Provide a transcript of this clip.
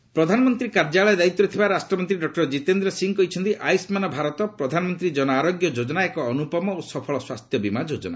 ଜିତେନ୍ଦ୍ର ଆୟୁଷ୍ମାନ୍ ପ୍ରଧାନମନ୍ତ୍ରୀ କାର୍ଯ୍ୟାଳୟ ଦାୟିତ୍ୱରେ ଥିବା ରାଷ୍ଟ୍ରମନ୍ତ୍ରୀ ଡକ୍କର ଜିତେନ୍ଦ୍ର ସିଂହ କହିଛନ୍ତି ଆୟୁଷ୍କାନ ଭାରତ ପ୍ରଧାନମନ୍ତ୍ରୀ ଜନ ଆରୋଗ୍ୟ ଯୋଜନା ଏକ ଅନୁପମ ଓ ସଫଳ ସ୍ୱାସ୍ଥ୍ୟ ବୀମା ଯୋଜନା